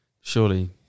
surely